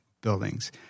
buildings